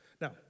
Now